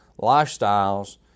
lifestyles